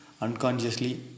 unconsciously